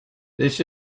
this